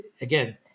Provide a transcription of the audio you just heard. again